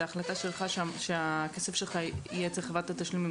זאת החלטה שלך שהכסף שלך יהיה אצל חברת התשלומים.